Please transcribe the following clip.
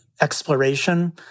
exploration